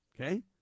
Okay